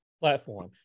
platform